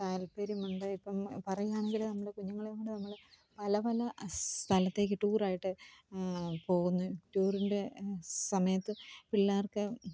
താത്പര്യമുണ്ട് ഇപ്പം പറയാണെങ്കിൽ നമ്മുടെ കുഞ്ഞുങ്ങളേ കൊണ്ട് നമ്മൾ പല പല അസ് സ്ഥലത്തേക്ക് ടൂറായിട്ട് പോകുന്നത് ടൂറിന്റെ സമയത്ത് പിള്ളേർക്ക്